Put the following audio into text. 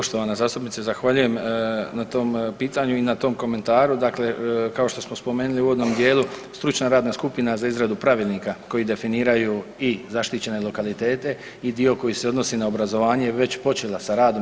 Poštovana zastupnice zahvaljujem na tom pitanju i na tom komentaru, dakle kao što smo spomenuli u uvodnom dijelu radna skupina za izradu pravilnika koji definiraju i zaštićene lokalitete i dio koji se odnosi na obrazovanje je već počela sa radom.